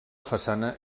façana